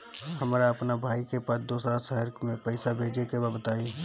हमरा अपना भाई के पास दोसरा शहर में पइसा भेजे के बा बताई?